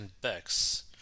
Bex